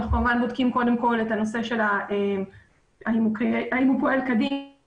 אנחנו כמובן בודקים קודם כל האם הוא פועל כדין,